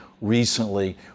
recently